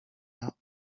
out